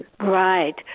Right